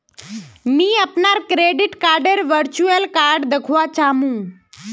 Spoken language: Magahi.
मी अपनार क्रेडिट कार्डडेर वर्चुअल कार्ड दखवा चाह मु